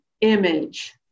image